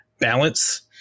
balance